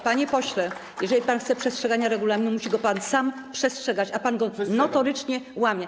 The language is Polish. Panie pośle, jeżeli pan chce przestrzegania regulaminu, musi go pan sam przestrzegać, a pan go notorycznie łamie.